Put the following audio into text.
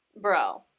Bro